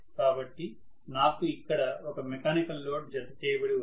కాబట్టి నాకు ఇక్కడ ఒక మెకానికల్ లోడ్ జతచేయబడి ఉన్నది